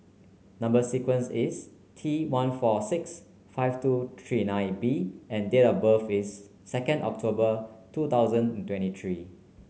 number sequence is T one four six five two three nine B and date of birth is second October two thousand twenty three